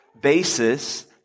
basis